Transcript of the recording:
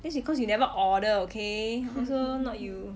that's because you never order okay also not you